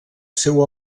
seu